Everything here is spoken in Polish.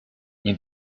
nie